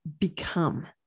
become